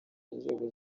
inzego